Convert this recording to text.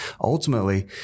Ultimately